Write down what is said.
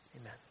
Amen